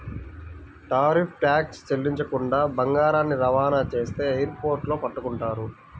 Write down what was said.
tariff tax చెల్లించకుండా బంగారాన్ని రవాణా చేస్తే ఎయిర్ పోర్టుల్లో పట్టుకుంటారు